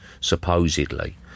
supposedly